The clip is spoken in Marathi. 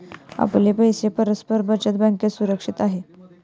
आपले पैसे परस्पर बचत बँकेत सुरक्षित आहेत